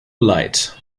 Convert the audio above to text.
light